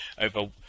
over